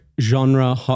genre